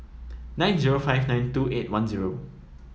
nine zero five nine two eight one zero